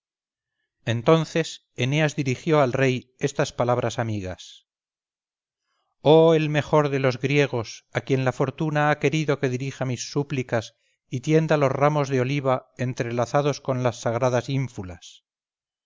entonces eneas dirigió al rey estas palabras amigas oh el mejor de los griegos a quien la fortuna ha querido que dirija mis súplicas y tienda los ramos de oliva entrelazados con las sagradas ínfulas